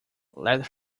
let